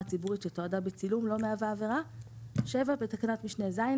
ציבורית שתועדה בצילום לא מהווה עבירה"; בתקנה משנה (ז),